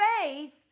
faith